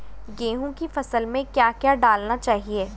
गेहूँ की फसल में क्या क्या डालना चाहिए?